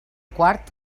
quart